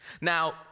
Now